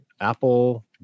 Apple